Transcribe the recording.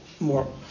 more